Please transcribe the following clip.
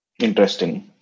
Interesting